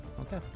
Okay